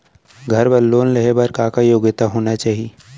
घर बर लोन लेहे बर का का योग्यता होना चाही?